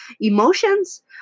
Emotions